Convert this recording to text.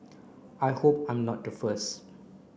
I hope I'm not the first